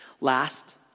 Last